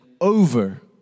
over